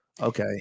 Okay